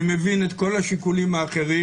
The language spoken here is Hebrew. אני מבין את כל השיקולים האחרים,